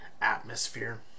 atmosphere